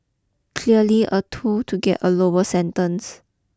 clearly a tool to get a lower sentence